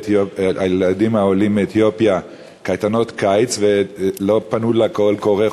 לילדים העולים מאתיופיה קייטנות קיץ ולא ענו לקול הקורא,